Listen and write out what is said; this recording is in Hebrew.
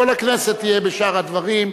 וכל הכנסת תהיה בשאר הדברים.